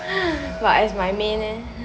but as my main leh